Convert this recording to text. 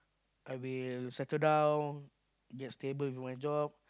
I will settle down get stable with my job